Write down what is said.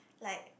like